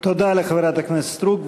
תודה לחברת הכנסת סטרוק.